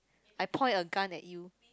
I point a gun at you